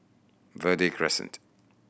Verde Crescent